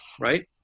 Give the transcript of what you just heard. Right